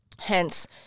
hence